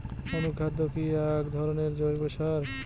অনুখাদ্য কি এক ধরনের জৈব সার?